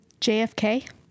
JFK